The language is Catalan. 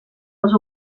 les